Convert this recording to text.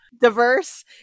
diverse